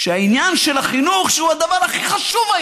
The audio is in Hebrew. והעניין של החינוך, שהוא הדבר שהיה הכי חשוב,